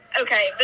okay